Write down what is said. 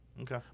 Okay